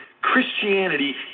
Christianity